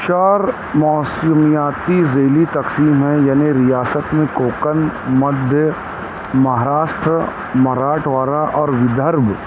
چار موسمیاتی ذیلی تقسیم ہے یعنی ریاست میں کوکن مدھیہ مہاراشٹر مراٹھوارہ اور ویدھرب